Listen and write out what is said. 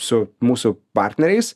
su mūsų partneriais